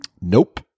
Nope